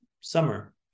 summer